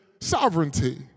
sovereignty